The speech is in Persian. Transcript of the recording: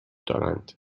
دارند